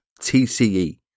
TCE